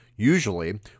Usually